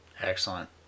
Excellent